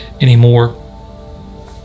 anymore